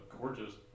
gorgeous